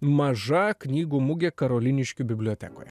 maža knygų mugė karoliniškių bibliotekoje